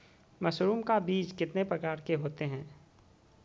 Mushroom का बीज कितने प्रकार के होते है?